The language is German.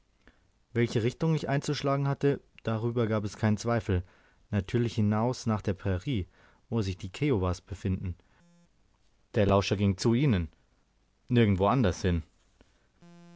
welche richtung ich einzuschlagen hatte darüber gab es keinen zweifel natürlich hinaus nach der prairie zu wo sich die kiowas befanden der lauscher ging zu ihnen nirgends wo anders hin